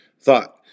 thought